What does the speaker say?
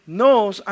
knows